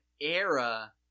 era